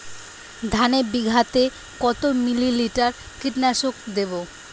ধানে বিঘাতে কত মিলি লিটার কীটনাশক দেবো?